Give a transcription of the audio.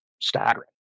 staggering